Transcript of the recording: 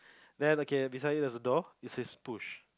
then okay beside it there's a door it says push